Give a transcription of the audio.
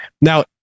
Now